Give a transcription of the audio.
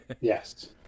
yes